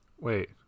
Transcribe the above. Wait